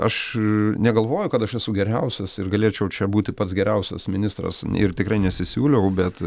aš negalvoju kad aš esu geriausias ir galėčiau čia būti pats geriausias ministras ir tikrai nesisiūliau bet